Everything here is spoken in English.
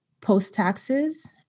post-taxes